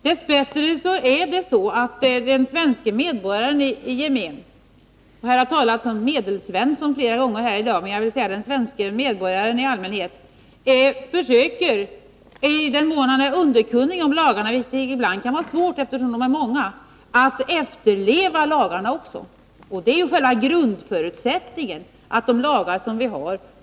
Dess bättre försöker den svenske medborgaren i gemen — det har i dag talats om Medelsvensson, men jag väljer att säga den svenske medborgaren — i allmänhet att efterleva lagarna, i den mån han är underkunnig om dem. Det kan i och för sig vara svårt ibland, eftersom de är många. Att de lagar vi har efterlevs är ju själva grundförutsättningen.